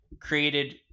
created